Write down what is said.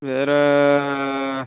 வேறு